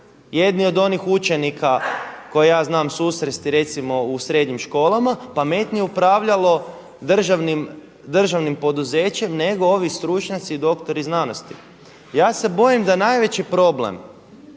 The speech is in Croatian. jedni od onih učenika koje ja znam susresti recimo u srednjim školama pametnije upravljalo državnim poduzećem, nego ovi stručnjaci i doktori znanosti. Ja se bojim da najveći problem